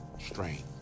strain